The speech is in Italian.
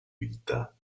vita